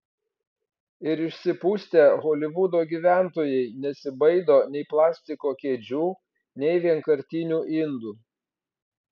ir išsipustę holivudo gyventojai nesibaido nei plastiko kėdžių nei vienkartinių indų